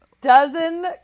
Dozen